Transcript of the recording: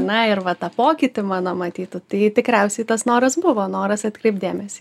na ir va tą pokytį mano matytų tai tikriausiai tas noras buvo noras atkreipt dėmesį